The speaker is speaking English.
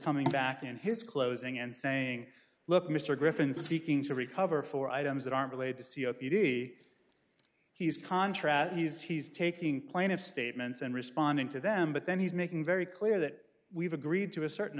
coming back in his closing and saying look mr griffin seeking to recover for items that aren't related to c o p d he's contract he's he's taking plaintiff's statements and responding to them but then he's making very clear that we've agreed to a certain